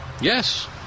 Yes